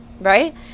Right